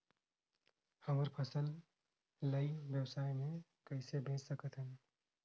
हमर फसल ल ई व्यवसाय मे कइसे बेच सकत हन?